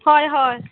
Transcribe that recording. हय हय